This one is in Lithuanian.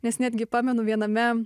nes netgi pamenu viename